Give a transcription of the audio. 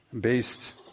based